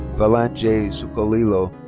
valan j. zuccolillo.